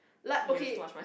like okay